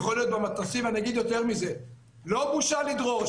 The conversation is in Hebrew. יכול להיות במתנ"סים ואני אגיד יותר מזה: לא בושה לדרוש